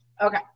okay